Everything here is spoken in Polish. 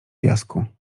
piasku